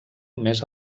més